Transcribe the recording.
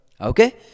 okay